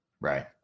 right